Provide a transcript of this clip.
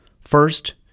first